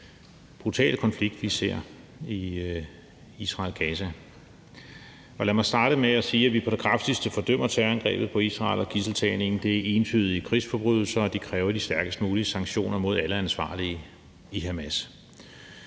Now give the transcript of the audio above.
brutale konflikt, vi ser i Israel og Gaza. Lad mig starte med at sige, at vi på det kraftigste fordømmer terrorangrebet på Israel og gidseltagningen, der er entydige krigsforbrydelser, og de kræver de stærkest mulige sanktioner mod alle ansvarlige i Hamas.